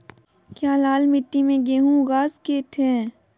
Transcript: क्या लाल मिट्टी में गेंहु उगा स्केट है?